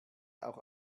auch